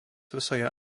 visoje